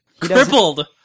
crippled